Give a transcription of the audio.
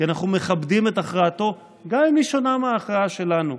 כי אנחנו מכבדים את הכרעתו גם אם היא שונה מההכרעה שלנו.